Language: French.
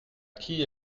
qui